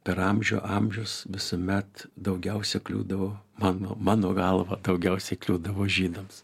per amžių amžius visuomet daugiausia kliūdavo mano mano galva daugiausiai kliūdavo žydams